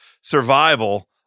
survival